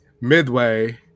midway